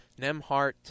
Nemhart